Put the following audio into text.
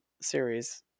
series